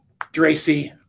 Dracy